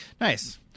Nice